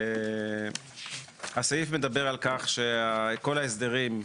הסעיף מדבר על כך שכל ההסדרים,